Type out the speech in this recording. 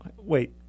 wait